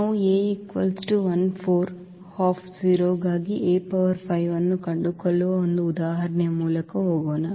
ನಾವು ಗಾಗಿ ಅನ್ನು ಕಂಡುಕೊಳ್ಳುವ ಒಂದು ಉದಾಹರಣೆಯ ಮೂಲಕ ಹೋಗೋಣ